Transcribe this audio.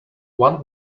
one